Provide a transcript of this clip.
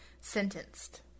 sentenced